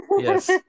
yes